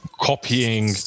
copying